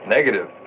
Negative